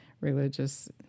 Religious